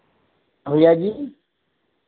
भैया जी